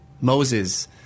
Moses